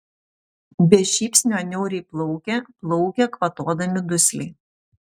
be šypsnio niauriai plaukia plaukia kvatodami dusliai